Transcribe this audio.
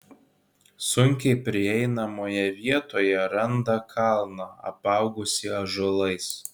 sunkiai prieinamoje vietoje randa kalną apaugusį ąžuolais